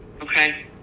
Okay